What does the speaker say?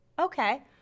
Okay